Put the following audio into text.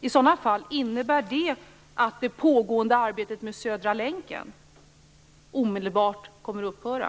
Innebär det i sådana fall att det pågående arbetet med Södra länken omedelbart kommer att upphöra?